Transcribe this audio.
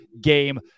game